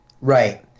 Right